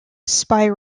spy